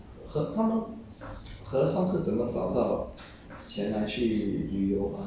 then that the others you can just travel whenever you want to